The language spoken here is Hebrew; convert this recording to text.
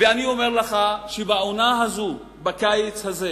ואני אומר לך שבעונה הזאת, בקיץ הזה,